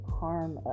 harm